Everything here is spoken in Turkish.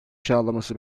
sağlaması